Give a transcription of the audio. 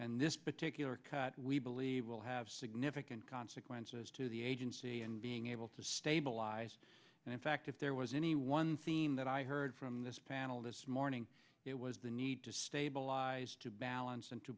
and this particular cut we believe will have significant consequences to the agency and being able to stabilize and in fact if there was any one scene that i heard from this panel this morning it was the need to stabilize to balance and t